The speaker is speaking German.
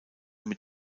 mit